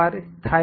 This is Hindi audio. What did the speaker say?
स्थाई है